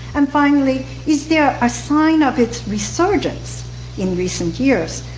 and finally, is there a sign of its resurgence in recent years?